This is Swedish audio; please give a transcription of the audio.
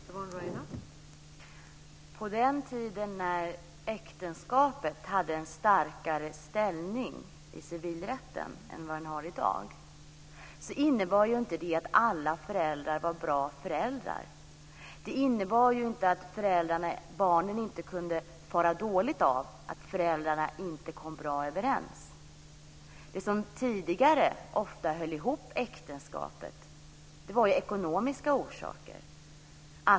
Fru talman! På den tiden när äktenskapet hade en starkare ställning i civilrätten än vad det har i dag var inte alla föräldrar bra föräldrar. Det innebar inte att barnen inte kunde fara illa av att föräldrarna inte kom överens. Det som tidigare ofta höll ihop äktenskapet var ekonomin.